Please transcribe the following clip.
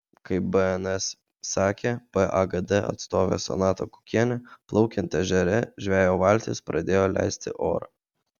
kaip bns sakė pagd atstovė sonata kukienė plaukiant ežere žvejo valtis pradėjo leisti orą